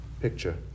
picture